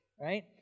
right